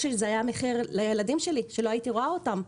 שלי היו משלמים את המחיר כי לא הייתי רואה אותם.